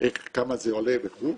כמה זה עולה וכו'.